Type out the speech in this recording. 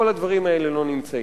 כל הדברים האלה לא נמצאים.